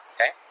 Okay